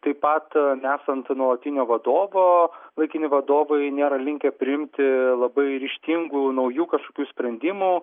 taip pat nesant nuolatinio vadovo laikini vadovai nėra linkę priimti labai ryžtingų naujų kažkokių sprendimų